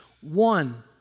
One